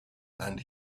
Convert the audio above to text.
and